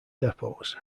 depots